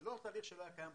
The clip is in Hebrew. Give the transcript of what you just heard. זה לא תהליך שלא היה קיים.